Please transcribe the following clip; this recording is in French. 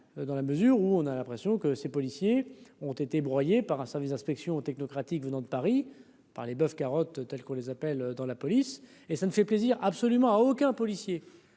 dans la mesure où on a l'impression que ces policiers ont été broyées par un service d'inspection technocratique venant de Paris par les boeuf tels qu'on les appelle dans la police et ça nous fait plaisir absolument à aucun policier